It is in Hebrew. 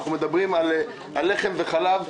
אנחנו מדברים על לחם וחלב,